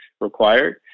required